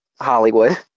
Hollywood